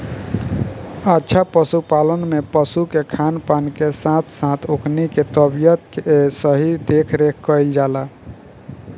अच्छा पशुपालन में पशु के खान पान के साथ साथ ओकनी के तबियत के सही देखरेख कईल जाला